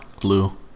blue